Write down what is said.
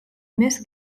mes